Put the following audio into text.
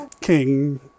King